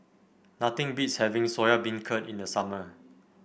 nothing beats having Soya Beancurd in the summer